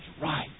right